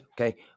Okay